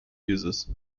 users